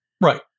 Right